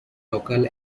local